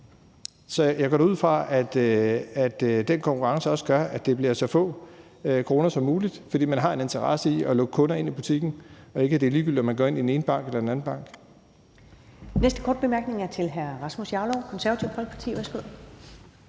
Så jeg går da ud fra, at den konkurrence også gør, at det bliver så få kroner som muligt, fordi man har en interesse i at lukke kunder ind i butikken, og at det ikke er ligegyldigt, om man går ind i den ene bank eller den anden bank.